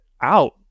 out